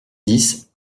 dix